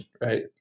right